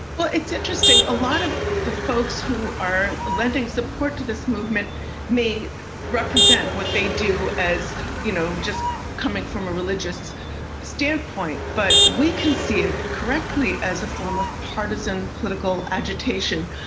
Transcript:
well, it's interesting. a lot of the folks who are lending support to this movement may represent what they do, as you know, just coming from a religious standpoint. but we can see it correctly as a form of partisan political agitation.